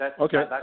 Okay